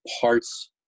parts